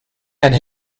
and